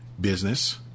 business